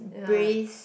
ya